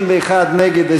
61 נגד.